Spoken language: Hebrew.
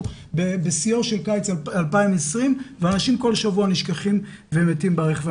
בשיאו של קיץ 2020 וילדים כל שבוע נשכחים ומתים ברכב.